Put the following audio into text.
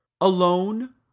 Alone